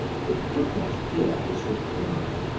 they could not hear his reply.